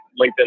LinkedIn